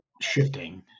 shifting